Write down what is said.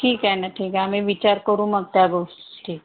ठीक आहे ना ठीक आहे आम्ही विचार करू मग ठरवू ठीक आहे